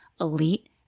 elite